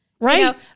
Right